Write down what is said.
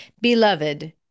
beloved